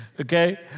Okay